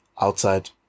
outside